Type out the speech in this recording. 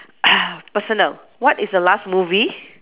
uh personal what is the last movie